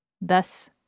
Thus